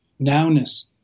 Nowness